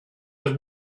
was